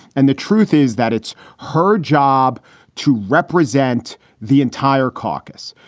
and the truth is that it's her job to represent the entire caucus,